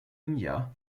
india